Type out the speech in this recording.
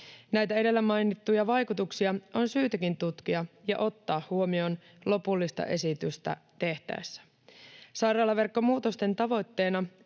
Näitä edellä mainittuja vaikutuksia on syytäkin tutkia ja ottaa huomioon lopullista esitystä tehtäessä. Sairaalaverkkomuutosten tavoitteena